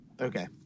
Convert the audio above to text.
okay